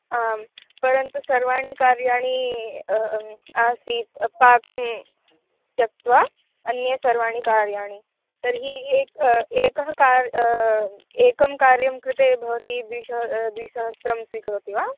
आं परन्तु सर्वाणि कार्याणि आसीत् पाकं त्यक्त्वा अन्यानि सर्वाणि कार्याणि तर्हि एकम् एकस्य कार्यम् एकस्य कार्यस्य कृते भवती द्विश द्विसहस्रं स्वीकरोति वा